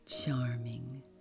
charming